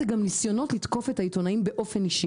זה גם ניסיונות לתקוף את העיתונאים באופן אישי.